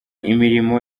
imirimo